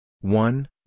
one